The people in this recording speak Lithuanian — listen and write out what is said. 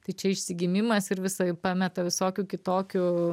tai čia išsigimimas ir visai pameta visokių kitokių